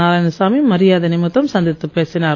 நாராயணசாமி மரியாதை நிமித்தம் சந்தித்துப் பேசினார்